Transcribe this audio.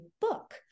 book